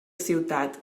ciutat